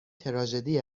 تراژدی